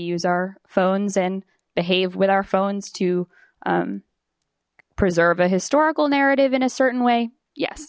use our phones and behave with our phones to preserve a historical narrative in a certain way ye